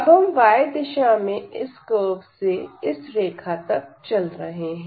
अब हम y दिशा में इस कर्व से इस रेखा तक चल रहे हैं